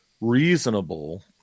reasonable